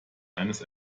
eines